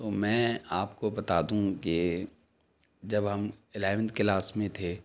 تو میں آپ کو بتا دوں کہ جب ہم الیونتھ کلاس میں تھے